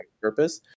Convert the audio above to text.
purpose